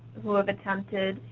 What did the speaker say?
who have attempted.